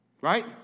Right